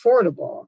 affordable